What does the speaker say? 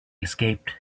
escaped